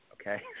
okay